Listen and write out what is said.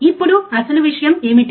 ఇప్పుడు అసలు విషయం ఏమిటి